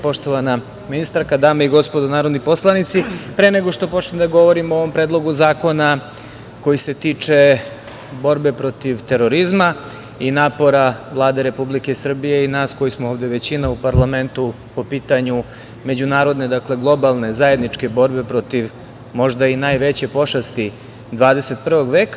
Poštovana ministarka, dame i gospodo narodni poslanici, pre nego što počnem da govorim o ovom Predlogu zakona koji se tiče borbe protiv terorizma i napora Vlade Republike Srbije i nas koji smo ovde većina u parlamentu po pitanju međunarodne, globalne, zajedničke borbe protiv možda i najveće pošasti 21. veka.